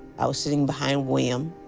i was sitting behind william.